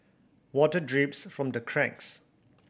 water drips from the cracks